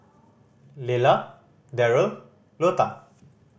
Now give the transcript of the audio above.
Lelah Darrell Lota